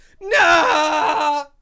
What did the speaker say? No